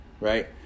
right